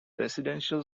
residential